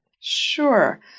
Sure